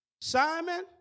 Simon